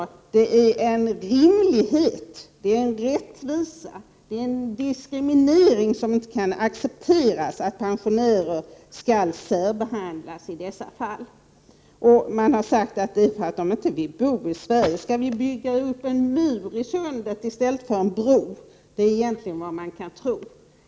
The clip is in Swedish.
Det är en orimlighet, det är en orättvisa, det är en diskriminering som inte kan accepteras att pensionärer skall särbehandlas i dessa fall. Man har sagt att det är därför att de inte vill bo i Sverige. Skall vi bygga upp en mur i sundet i stället för en bro? Det är egentligen vad man kan tro.